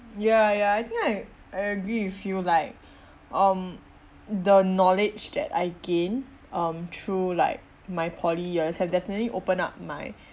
mm ya ya I think I I agree with you like um the knowledge that I gain um through like my poly years has definitely opened up my